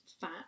fat